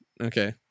Okay